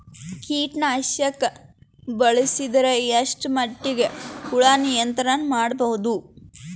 ಕೀಟನಾಶಕ ಬಳಸಿದರ ಎಷ್ಟ ಮಟ್ಟಿಗೆ ಹುಳ ನಿಯಂತ್ರಣ ಮಾಡಬಹುದು?